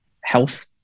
health